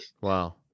Wow